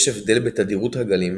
יש הבדל בתדירות הגלים,